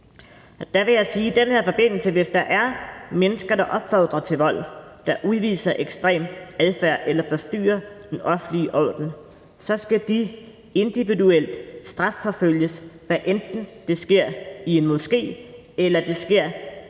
i den her forbindelse, at hvis der er mennesker, der opfordrer til vold, og som udviser ekstrem adfærd eller forstyrrer den offentlige orden, så skal de individuelt strafforfølges, hvad enten det sker i en moské, på gaden eller et hvilket